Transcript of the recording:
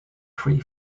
free